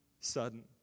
sudden